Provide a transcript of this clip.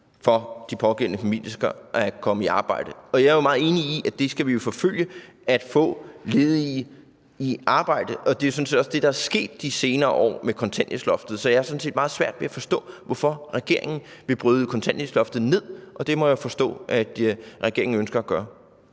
for de pågældende mennesker at komme i arbejde. Jeg er jo meget enig i, at vi skal forfølge det at få ledige i arbejde, og det er sådan set også det, der er sket i de senere år med kontanthjælpsloftet. Så jeg har sådan set meget svært ved at forstå, hvorfor regeringen vil bryde kontanthjælpsloftet ned. Det må jeg forstå regeringen ønsker at gøre.